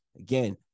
again